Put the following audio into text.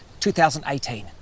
2018